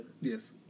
Yes